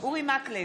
אורי מקלב,